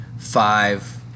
five